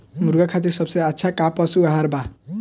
मुर्गा खातिर सबसे अच्छा का पशु आहार बा?